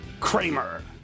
kramer